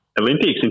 Olympics